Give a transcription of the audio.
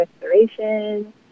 restoration